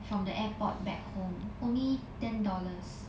from the airport back home only ten dollars